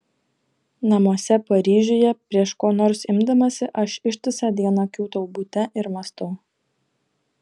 namuose paryžiuje prieš ko nors imdamasi aš ištisą dieną kiūtau bute ir mąstau